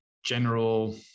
general